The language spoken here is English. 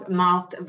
mat